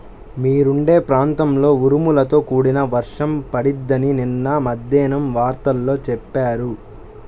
మీరుండే ప్రాంతంలో ఉరుములతో కూడిన వర్షం పడిద్దని నిన్న మద్దేన్నం వార్తల్లో చెప్పారు